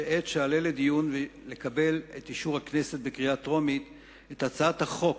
בעת שאעלה לקבל את אישור הכנסת בקריאה טרומית להצעת החוק